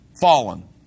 fallen